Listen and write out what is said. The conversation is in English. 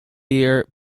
deer